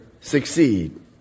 succeed